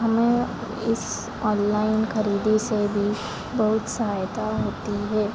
हमें इस ओनलाइन खरीदी से भी बहुत सहायता होती है